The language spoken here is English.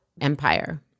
empire